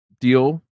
deal